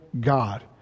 God